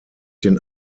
den